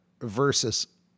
versus